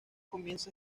comienza